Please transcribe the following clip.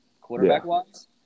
quarterback-wise